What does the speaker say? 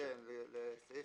צריך